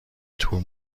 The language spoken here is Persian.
تور